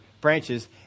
branches